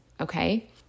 Okay